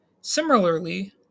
Similarly